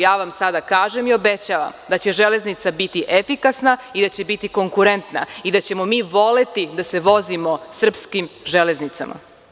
Sada vam kažem i obećavam da će Železnica biti efikasna i da će biti konkurentna i da ćemo mi voleti da se vozimo srpskim železnicama.